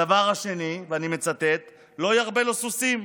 הדבר השני, ואני מצטט: "לא ירבה לו סוסים".